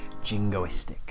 jingoistic